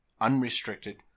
unrestricted